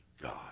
God